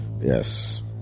Yes